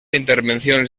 intervenciones